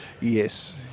yes